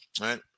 right